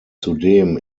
zudem